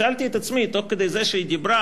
שאלתי את עצמי תוך כדי זה שהיא דיברה